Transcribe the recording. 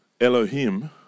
Elohim